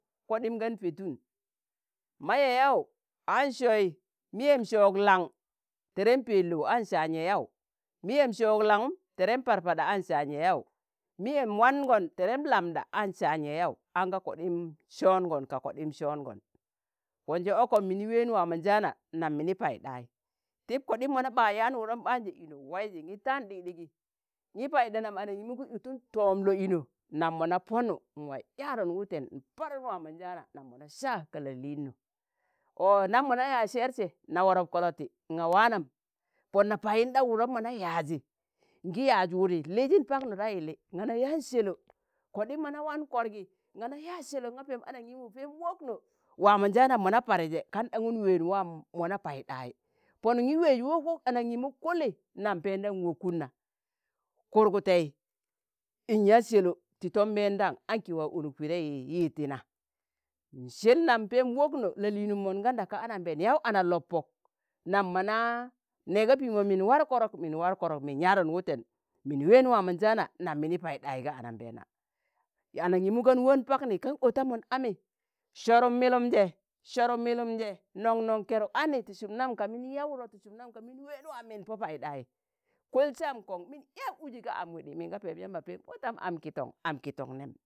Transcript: kọdim gan petun, ma yaụ yaụ aṇ sọyị miyem sọọg laṇ tẹrẹm peloụ aṇ saan yayaụ, miyem sọọg lang̣um, tẹrẹm parpada aṇ saan yayaụ, miyem wangon tẹrẹm lamɗa, aṇ saan yayaụ, aṇga kọɗim sọọngọn ka kọɗim sọọngọn, pọn ji ọkọm mini ween waamọnjaana nam mini Paiɗai, tib kọɗịm mọ na ɓa yaan wụdọm banjẹ inọ waiji, ngi tan ɗikdigi, ngi Paiɗa nam anaṇgimu ki ọtun tọọm lo'ino nam mọ na pọnụ n'waa yadọn wụtẹn, n'Parụn waamọnjaana nam mọ na saa, ga la lịino ọ na mọ na yaaz sẹẹrsẹ na wọrọp kọlọti, ng̣a waanam Pọn na Payinɗa wụdọm mọnạ yaazi ngi yaaz wụdị liizin Paknọ da yilli ṇga na yaan sẹlọ kọɗim mọ na wan kọrgị mona yaan selo ng̣a Pẹẹm anangimu Pẹẹm wokno, waamọnjaana mọ na Pari jẹ kan ɗaṇgụn weej waam mọ na Paiɗai Pọn ṇi weez wok- wok anaṇgimu kụlị ṇam Pẹndaṇ wọkụn na. kụrgụtẹi n'yaa selo ti tọm mẹndam aṇki waa onak pịdẹị yi ti na, nsel nam pẹẹm wokno la'liinum mọnganda ka anambẹẹn yaụ ana lọp pọk, nam mọ na, nẹ ka piimọ min war kọrọk min war kọrọk min yadọn wụtẹn, min ween waamọnjaana nam mini Paiɗai, ga anambẹẹna anaṇgimu gan won Pakni kan ọtamụn ami, sọrụm mịlụmjẹ, sọrụm mịlịmjẹ noṇ-noṇ kẹrụk keni, ti sum nam kamin yaa wụdọ ka min ween, waam min Pọ Paidai, kụl sam koṇ min yaa wuji ga am wiḍi, min ga Pẹẹm yam Pẹẹm otam am kitoṇ am kitoṇ nẹm.